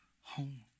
home